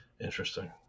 Interesting